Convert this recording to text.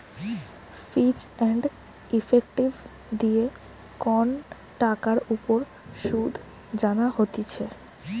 ফিচ and effective দিয়ে কন টাকার উপর শুধ জানা হতিছে